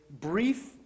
brief